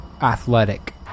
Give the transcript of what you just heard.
athletic